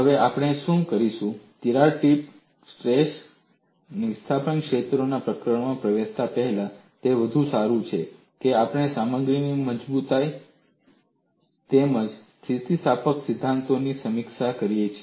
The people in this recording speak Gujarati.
અને હવે આપણે શું કરીશું તિરાડ ટીપ સ્ટ્રેસ અને વિસ્થાપન ક્ષેત્રોના પ્રકરણમાં પ્રવેશતા પહેલા તે વધુ સારું છે કે આપણે સામગ્રીની મજબૂતાઈ તેમજ સ્થિતિસ્થાપકતાના સિદ્ધાંતની સમીક્ષા કરીએ